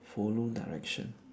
follow direction